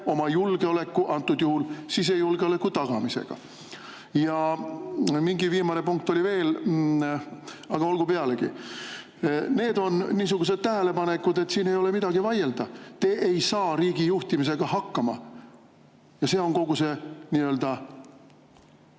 oma julgeoleku, antud juhul sisejulgeoleku tagamisega. Ja viimane punkt oli veel, aga olgu pealegi. Need on niisugused tähelepanekud. Siin ei ole midagi vaielda, te ei saa riigi juhtimisega hakkama. See on nii-öelda